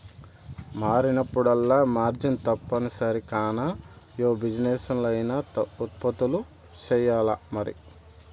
మారినప్పుడల్లా మార్జిన్ తప్పనిసరి కాన, యా బిజినెస్లా అయినా ఉత్పత్తులు సెయ్యాల్లమరి